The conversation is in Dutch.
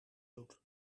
doet